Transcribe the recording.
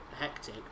hectic